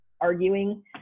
arguing